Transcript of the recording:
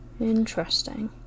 interesting